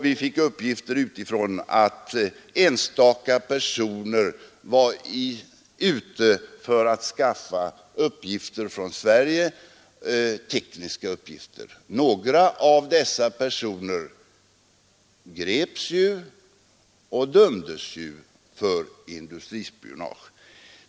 Vi fick upplysning utifrån att enstaka personer var ute för att skaffa tekniska uppgifter från Sverige; några av dessa personer greps ju också och dömdes för industrispionage.